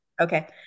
Okay